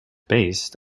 based